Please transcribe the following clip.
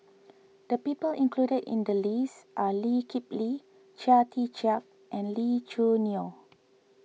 the people included in the list are Lee Kip Lee Chia Tee Chiak and Lee Choo Neo